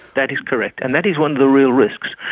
that is correct, and that is one of the real risks.